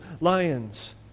lions